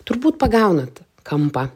turbūt pagaunat kampą